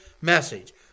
message